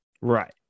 right